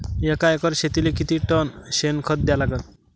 एका एकर शेतीले किती टन शेन खत द्या लागन?